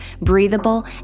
breathable